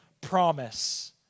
promise